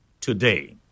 today